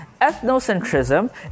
ethnocentrism